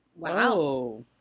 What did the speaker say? Wow